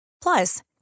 Plus